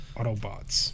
Autobots